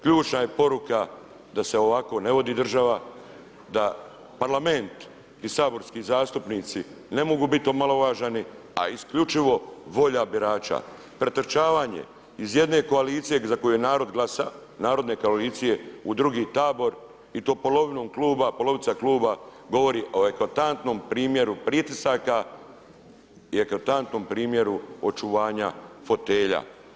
Ključna je poruka da se ovako ne vodi država, da parlament i saborski zastupnici ne mogu biti omalovažavani, a isključivo volja birača, pretrčavanje iz jedne koalicije za koju je narod glasao, Narodne koalicije u drugi tabor i to polovinom kluba, polovica kluba govori o eklatantnom primjeru pritisaka i eklatantnom primjeru očuvanja fotelja.